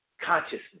consciousness